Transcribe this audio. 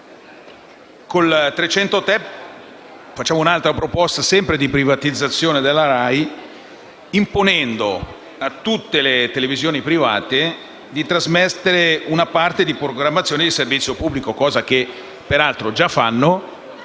6-*bis*.303 avanziamo un'altra proposta volta alla privatizzazione della RAI, imponendo a tutte le televisioni private di trasmettere una parte di programmazione di servizio pubblico, cosa che peraltro già fanno,